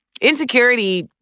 insecurity